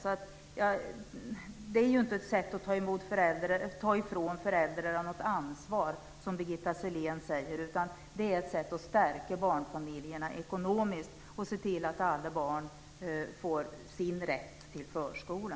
Detta är alltså inte ett sätt att ta ifrån föräldrarna något ansvar, som Birgitta Sellén säger, utan det är ett sätt att stärka barnfamiljerna ekonomiskt och se till att alla barn får sin rätt till förskola.